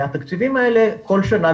התקציבים האלה גדלים בכל שנה,